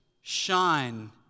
shine